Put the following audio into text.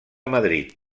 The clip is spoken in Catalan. madrid